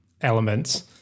elements